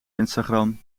instagram